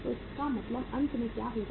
तो इसका मतलब अंत में क्या होगा